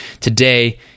Today